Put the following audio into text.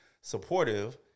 supportive